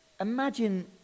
imagine